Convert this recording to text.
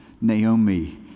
Naomi